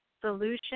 solution